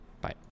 Bye